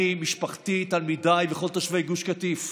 אני, משפחתי, תלמידיי וכל תושבי גוש קטיף.